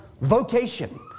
vocation